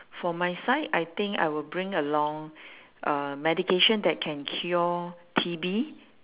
for my side I think I will bring along uh medication that can cure T_B